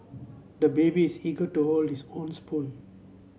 the baby is eager to hold his own spoon